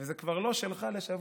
וזה כבר לא שלך לשבוע,